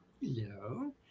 Hello